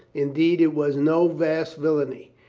indeed, it was no vast villainy,